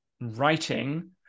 writing